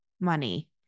money